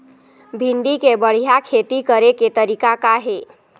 भिंडी के बढ़िया खेती करे के तरीका का हे?